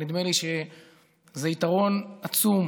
ונדמה לי שזה יתרון עצום